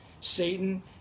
Satan